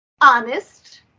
honest